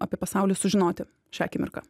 apie pasaulį sužinoti šią akimirką